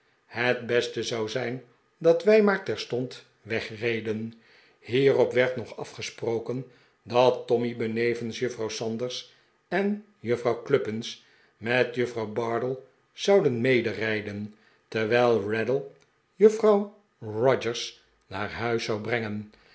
het beste zou zijn dat wij maar terstond wegreden hierop werd nog afgesproken dat tommy benevens juffrouw sanders en juffrouw cluppins met juffrouw bardell zouden me de rijden terwijl raddle juffrouw rogers naar huis zou brengen